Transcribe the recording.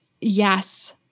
Yes